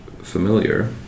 familiar